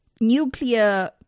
nuclear